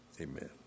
Amen